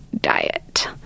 diet